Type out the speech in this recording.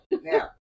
Now